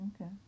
Okay